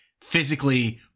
physically